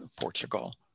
Portugal